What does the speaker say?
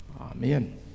amen